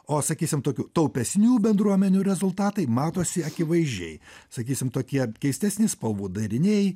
o sakysim tokių taupesnių bendruomenių rezultatai matosi akivaizdžiai sakysim tokie keistesni spalvų dariniai